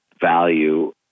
value